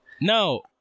No